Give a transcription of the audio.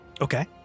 Okay